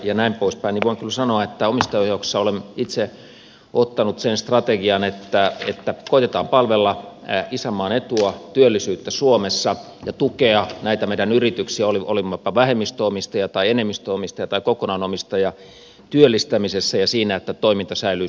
voin kyllä sanoa että omistajaohjauksessa olen itse ottanut sen strategian että koetetaan palvella isänmaan etua työllisyyttä suomessa ja tukea näitä meidän yrityksiä olimmepa vähemmistöomistajia tai enemmistöomistajia tai kokonaan omistajia työllistämisessä ja siinä että toiminta säilyisi suomessa